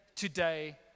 today